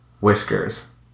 Whiskers